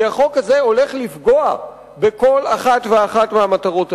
כי החוק הזה הולך לפגוע בכל אחת ואחת מהמטרות האלה.